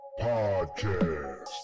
Podcast